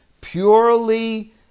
purely